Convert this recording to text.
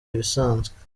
ibisanzwe